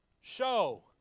Show